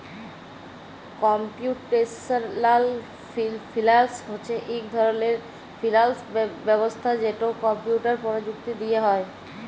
computational finance হছে ইক ধরলের ফিল্যাল্স ব্যবস্থা যেট কম্পিউটার পরযুক্তি দিঁয়ে হ্যয়